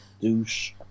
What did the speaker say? douche